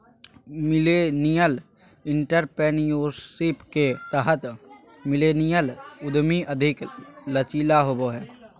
millennial entrepreneurship के तहत millennial उधमी अधिक लचीला होबो हय